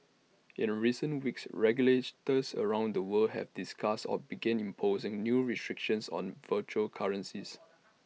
in recent weeks regulators around the world have discussed or begun imposing new restrictions on virtual currencies